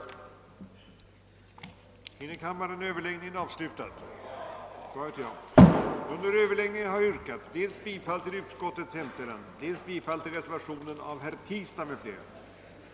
Som tiden nu var långt framskriden beslöt kammaren på förslag av herr andre vice talmannen att uppskjuta behandlingen av återstående på föredragningslistan upptagna ärenden till morgondagens sammanträde.